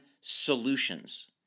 solutions